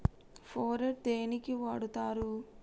Phorate దేనికి వాడుతరు?